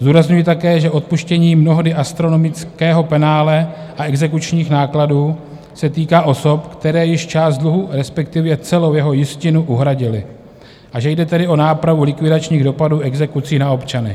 Zdůrazňuji také, že odpuštění mnohdy astronomického penále a exekučních nákladů se týká osob, které již část dluhu, respektive celou jeho jistinu, uhradily, a že jde tedy o nápravu likvidačních dopadů exekucí na občany.